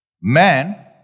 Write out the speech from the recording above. man